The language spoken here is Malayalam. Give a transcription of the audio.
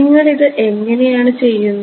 നിങ്ങൾ ഇത് എങ്ങനെയാണ് ചെയ്യുന്നത്